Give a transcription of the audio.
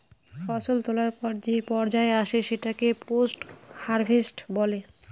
ফসল তোলার পর যে পর্যায় আসে সেটাকে পোস্ট হারভেস্ট বলি